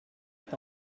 est